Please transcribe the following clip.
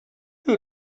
who